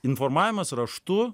informavimas raštu